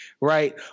Right